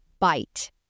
Bite